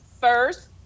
first